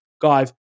guys